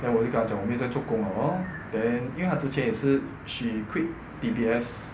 then 我就跟她讲我没有在做工了 lor then 因为她之前也是 she quit D_B_S